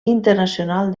internacionals